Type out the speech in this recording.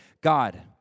god